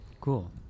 cool